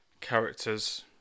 characters